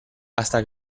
hasta